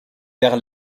père